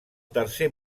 tercer